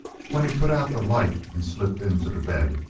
when he put out the light and slipped into the bed,